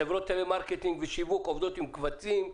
חברות טלמרקטינג ושיווק עובדות עם קבצים,